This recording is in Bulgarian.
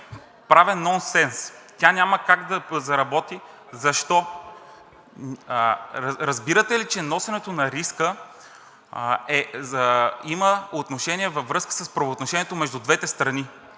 правен нонсенс. Тя няма как да заработи. Защо? Разбирате ли, че носенето на риска има отношение във връзка с правоотношението между двете страни.